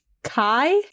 Kai